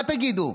מה תגידו?